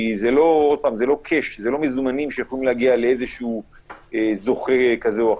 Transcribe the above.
כי זה מזומנים שיכולים להגיע לזוכה כזה או אחר.